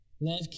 Love